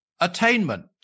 attainment